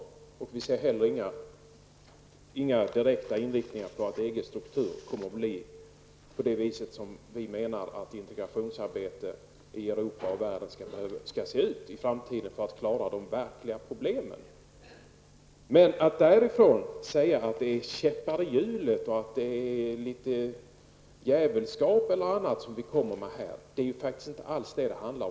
Vidare ser vi inte att det finns någon direkt inriktning mot en utveckling där EGs struktur ser ut på det sätt som vi menar att integrationsarbetet i Europa och i övriga världen i framtiden skall se ut för att det därmed skall vara möjligt att klara de verkliga problemen. I stället talas det om att vi skulle vilja sätta en käpp i hjulet och om djävulskap och annat från vår sida. Men det handlar faktiskt inte om sådana saker.